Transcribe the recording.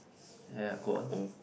ya go on